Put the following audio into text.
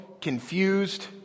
confused